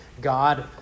God